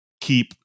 Keep